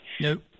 Nope